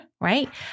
Right